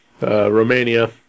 Romania